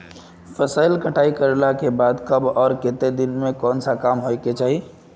फसल कटाई करला के बाद कब आर केते दिन में कोन सा काम होय के चाहिए?